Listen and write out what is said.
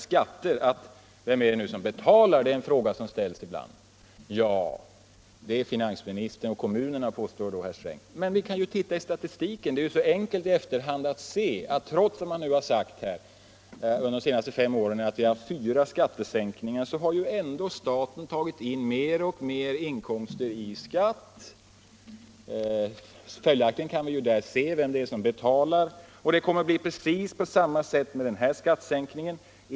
är en fråga som ställs ibland när det gäller skatterna. Jo, det är finansministern och kommunerna, påstår herr Sträng. Men vi kan titta i statistiken. Det är så enkelt att i efterhand se, att trots att man har sagt att under de senaste fem åren har vi fått fyra skattesänkningar har ändå staten tagit in mer och mer i skatt. Följaktligen kan vi där se vem det är som betalar, och det kommer att bli på precis samma sätt med den här skattesänkningen.